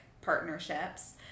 partnerships